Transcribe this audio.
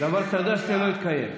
דבר שאתה יודע שזה לא יתקיים.